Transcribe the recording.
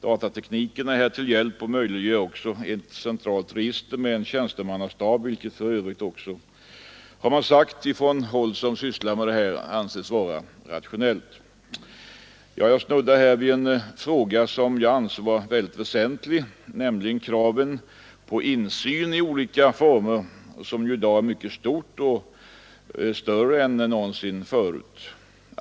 Datatekniken är här till hjälp och möjliggör ett centralt register med en tjänstemannastab, vilket för övrigt också är mest rationellt. Jag snuddar här bara vid en fråga som jag anser mycket väsentlig, nämligen kravet på insyn i olika former som i dag är mycket stort och större än någonsin förut.